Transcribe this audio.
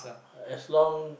as long